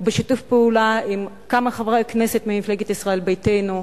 בשיתוף פעולה עם כמה חברי כנסת ממפלגת ישראל ביתנו,